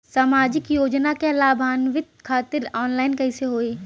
सामाजिक योजना क लाभान्वित खातिर ऑनलाइन कईसे होई?